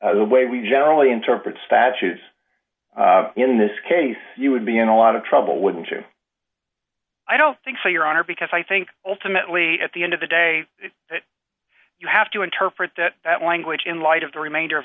our the way we generally interpret statues in this case you would be in a lot of trouble wouldn't you i don't think so your honor because i think ultimately at the end of the day that you have to interpret that that language in light of the remainder of